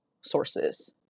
sources